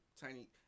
tiny